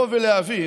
להבין